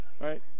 right